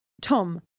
Tom